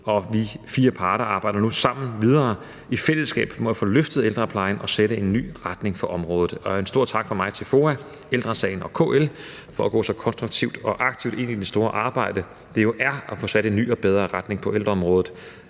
og vi fire parter arbejder nu videre i fællesskab sammen om at få løftet ældreplejen og at sætte en retning for området. Og en stor tak fra mig til FOA, Ældre Sagen og KL for at gå så konstruktivt og aktivt ind i det store arbejde, det jo er at få sat en ny og bedre retning på ældreområdet.